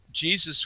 Jesus